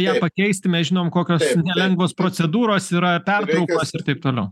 ją pakeisti mes žinom kokios nelengvos procedūros yra pertraukos ir taip toliau